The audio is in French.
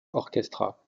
orchestra